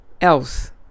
else